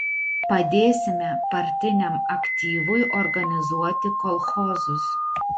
padėsime partiniam aktyvui organizuoti kolchozus